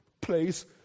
place